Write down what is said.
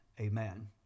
amen